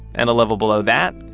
and a level below that,